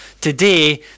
today